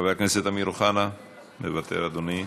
חבר הכנסת אמיר אוחנה, מוותר, אדוני,